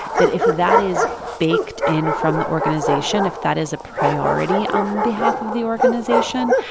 that if that is baked in from the organization, if that is a priority on behalf of the organization,